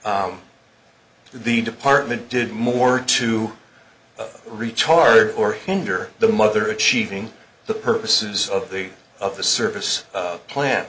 the department did more to retarded or hinder the mother achieving the purposes of the of the service plan